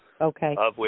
Okay